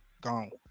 gone